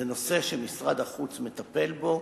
זה נושא שמשרד החוץ מטפל בו,